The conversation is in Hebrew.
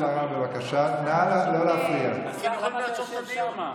המון זמן לא שמעתי את דודי אמסלם.